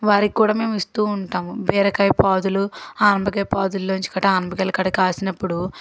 వారికి కూడా మేము ఇస్తూ ఉంటాము బీరకాయ పాదులు ఆనపకాయ పాదులలోంచి గట్రా ఆనపకాయలు కూడా కాసినప్పుడు